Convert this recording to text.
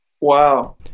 Wow